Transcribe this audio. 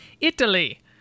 Italy